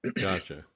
gotcha